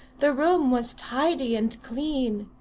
the room was tidy and clean.